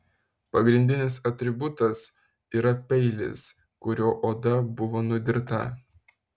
pagrindinis atributas yra peilis kuriuo oda buvo nudirta